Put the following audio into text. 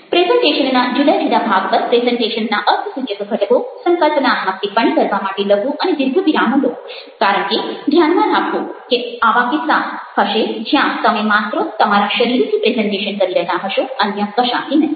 પ્રેઝન્ટેશનના જુદા જુદા ભાગ પર પ્રેઝન્ટેશનના અર્થસૂચક ઘટકો સંકલ્પનાત્મક ટિપ્પણી કરવા માટે લઘુ અને દીર્ઘ વિરામો લો કારણ કે ધ્યાનમાં રાખો કે એવા કિસ્સા હશે જ્યાં તમે માત્ર તમારા શરીરથી પ્રેઝન્ટેશન કરી રહ્યા હશો અન્ય કશાથી નહિ